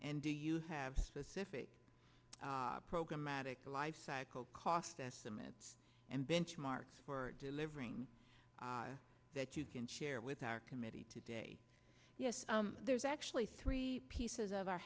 and do you have specific program matic lifecycle cost estimates and benchmarks for delivering that you can share with our committee today yes there's actually three pieces of our